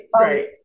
Right